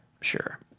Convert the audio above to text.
sure